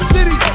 City